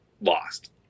lost